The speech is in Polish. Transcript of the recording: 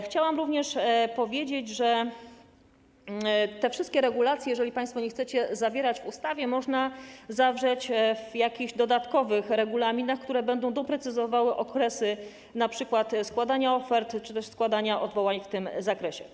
Chciałam również powiedzieć, że te wszystkie regulacje, jeżeli państwo nie chcecie zawierać ich w ustawie, można zawrzeć w jakichś dodatkowych regulaminach, które będą doprecyzowywały np. okresy składania ofert czy też składania odwołań w tym zakresie.